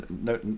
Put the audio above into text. No